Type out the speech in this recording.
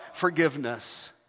forgiveness